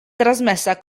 trasmessa